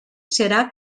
serà